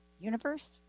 Universe